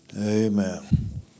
Amen